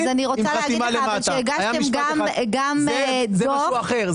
אז אני רוצה לומר לך שהגשתם גם דוח -- זה אירוע אחר.